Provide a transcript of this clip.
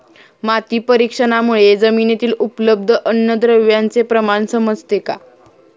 माती परीक्षणामुळे जमिनीतील उपलब्ध अन्नद्रव्यांचे प्रमाण समजते का?